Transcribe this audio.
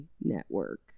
Network